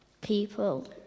people